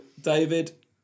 David